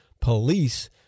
police